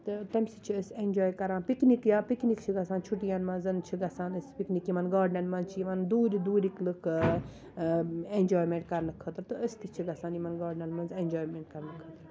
تہٕ تَمہِ سۭتۍ چھٕ أسۍ اٮ۪نجاے کران پِکنِک یا بِکنِک چھِ گژھان چھُٹیَن منٛز چھِ گژھان أسۍ پِکنِک یِمَن گاڈنَن منٛز چھِ یِوان دوٗرِ دوٗرِکۍ لُکھ اٮ۪نجایمٮ۪نٹ کرنہٕ خٲطرٕ تہٕ أسۍ تہِ چھِ گژھان یِمَن گاڈنَن منٛز اٮ۪نجایمٮ۪نٹ کرنہٕ خٲطرٕ